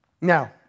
Now